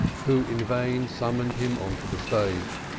who in vain summoned him on to the stage.